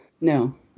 No